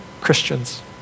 Christians